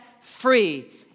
free